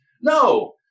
No